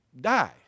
die